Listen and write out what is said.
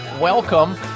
Welcome